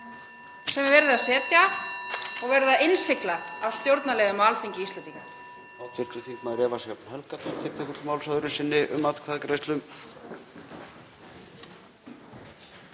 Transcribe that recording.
sem verið er að setja og verið að innsigla af stjórnarliðum á Alþingi Íslendinga.